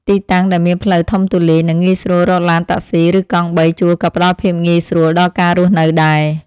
ទីតាំងដែលមានផ្លូវធំទូលាយ និងងាយស្រួលរកឡានតាក់ស៊ី ឬកង់បីជួលក៏ផ្តល់ភាពងាយស្រួលដល់ការរស់នៅដែរ។